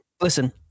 listen